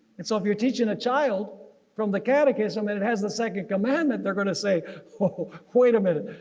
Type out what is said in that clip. and so if you're teaching a child from the catechism and it has the second commandment they're going to say oh wait a minute,